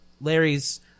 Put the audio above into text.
Larry's